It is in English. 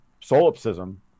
solipsism